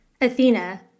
Athena